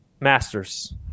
Masters